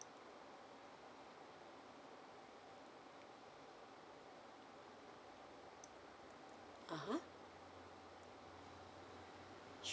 (uh huh)